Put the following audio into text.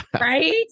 Right